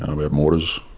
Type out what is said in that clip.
and we had mortars.